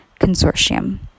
Consortium